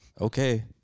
okay